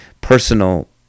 personal